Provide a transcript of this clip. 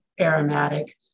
aromatic